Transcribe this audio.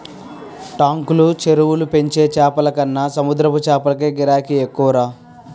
టాంకులు, చెరువుల్లో పెంచే చేపలకన్న సముద్రపు చేపలకే గిరాకీ ఎక్కువరా